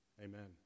amen